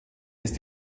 ist